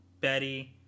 Betty